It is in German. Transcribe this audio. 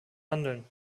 handeln